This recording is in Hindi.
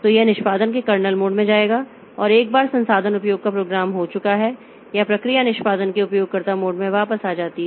तो यह निष्पादन के कर्नेल मोड में जाएगा और एक बार संसाधन उपयोग का प्रोग्राम हो चुका है या प्रक्रिया निष्पादन के उपयोगकर्ता मोड में वापस आ जाती है